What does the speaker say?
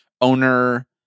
Owner